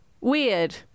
Weird